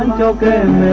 um token